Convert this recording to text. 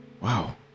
Wow